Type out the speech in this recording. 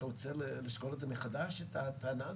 אתה רוצה לשקול מחדש את הטענה הזאת?